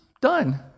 done